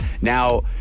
Now